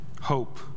hope